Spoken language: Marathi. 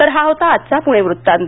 तर हा होता आजचा पुणे वृत्तांत